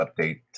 update